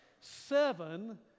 seven